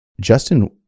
Justin